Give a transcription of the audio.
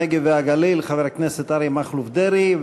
הנגב והגליל חבר הכנסת אריה מכלוף דרעי,